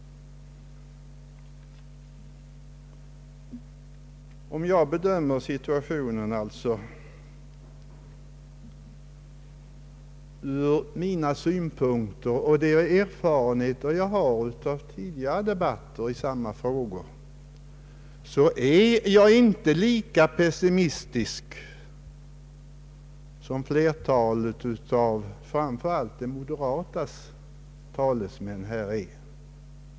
Om jag bedömer situationen ur mina egna synpunkter och på grund av de erfarenheter som jag har av tidigare debatter i samma frågor, är jag inte lika pessimistisk som många talare här har varit, framför allt talesmännen för de moderata.